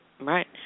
Right